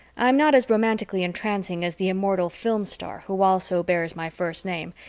i am not as romantically entrancing as the immortal film star who also bears my first name,